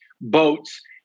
boats